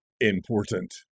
important